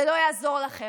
זה לא יעזור לכם.